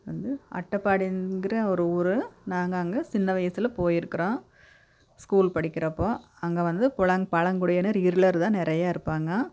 வந்து அட்டப்பாடிங்கிற ஒரு ஊர் நாங்கள் அங்கே சின்ன வயிதில் போயிருக்கறோம் ஸ்கூல் படிக்கிறப்போ அங்கே வந்து புலங் பழங்குடியினர் இருளர் தான் நிறையா இருப்பாங்க